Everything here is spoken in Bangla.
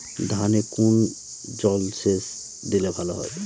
ধানে কোন জলসেচ দিলে ভাল হয়?